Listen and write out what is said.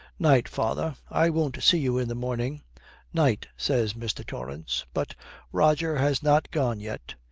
night, father i won't see you in the morning night says mr. torrance. but roger has not gone yet.